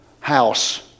house